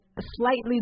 slightly